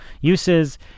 uses